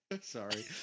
Sorry